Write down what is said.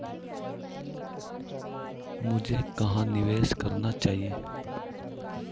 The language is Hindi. मुझे कहां निवेश करना चाहिए?